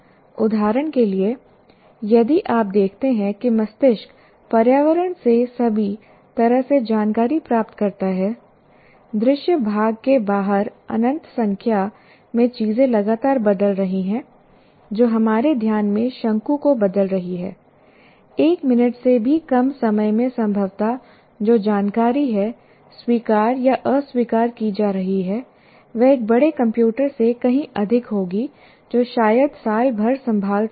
उदाहरण के लिए यदि आप देखते हैं कि मस्तिष्क पर्यावरण से सभी तरह से जानकारी प्राप्त करता है दृश्य भाग के बाहर अनंत संख्या में चीजें लगातार बदल रही हैं जो हमारे ध्यान में शंकु को बदल रही है एक मिनट से भी कम समय में संभवतः जो जानकारी है स्वीकार या अस्वीकार की जा रही है वह एक बड़े कंप्यूटर से कहीं अधिक होगी जो शायद साल भर संभाल सकता है